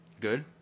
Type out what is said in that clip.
Good